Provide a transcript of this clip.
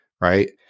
Right